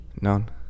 None